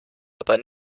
aber